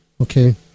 okay